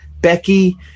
Becky